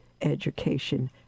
education